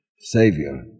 Savior